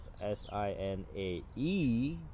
S-I-N-A-E